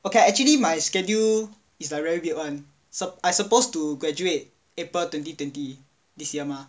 okay actually my schedule is like very weird one I supposed to graduate april twenty twenty this year mah